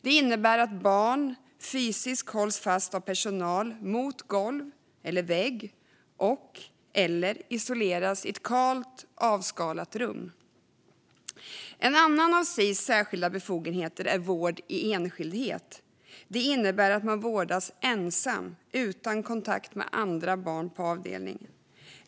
Det innebär att barn fysiskt hålls fast av personal mot golv eller vägg eller isoleras i ett kalt, avskalat rum. En annan av Sis särskilda befogenheter är vård i enskildhet. Det innebär att man vårdas ensam, utan kontakt med andra barn på avdelningen.